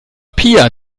pia